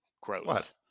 Gross